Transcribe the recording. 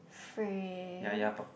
phrase